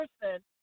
person